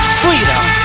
freedom